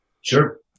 Sure